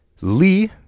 Lee